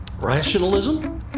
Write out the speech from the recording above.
Rationalism